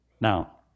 Now